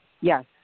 Yes